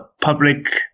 public